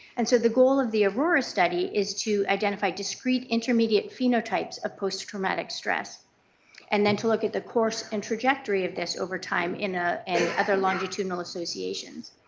and so the goal of the aurora study is to identify discrete intermediate phenotypes of post-traumatic stress and then to look at the course and trajectory of this over time in ah and other longitudinal associations.